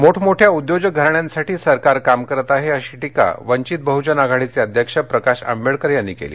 मोठं मोठ्या उद्योजक घराण्यांसाठी सरकार काम करत आहे अशी टीका वंचित बहुजन आघाडीचे अध्यक्ष प्रकाश आंबेडकर यांनी केली